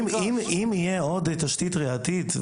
אם תהיה עוד תשתית ראייתית,